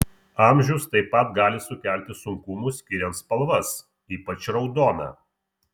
amžius taip pat gali sukelti sunkumų skiriant spalvas ypač raudoną